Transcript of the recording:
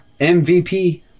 MVP